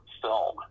film